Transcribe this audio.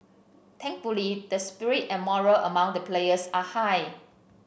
thankfully the spirit and morale among the players are high